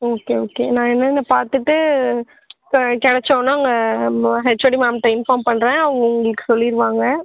okay okay நான் என்னன்னு பார்த்துட்டு இப்போ கிடச்சோன்ன உங்கள் மே ஹெச்ஓடி மேம்கிட்ட இன்ஃபார்ம் பண்ணுறேன் அவங்க உங்களுக்கு சொல்லிவிடுவாங்க